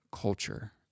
culture